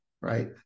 right